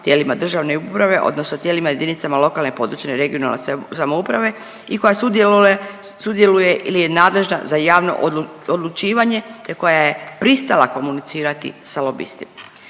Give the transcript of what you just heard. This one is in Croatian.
vlasti, državne uprave ili tijelima lokalne i regionalne samouprave, a koja sudjeluje ili je nadležna za javno odlučivanje i koja je naravno pristala komunicirati sa lobistom.